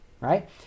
right